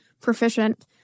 proficient